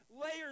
layers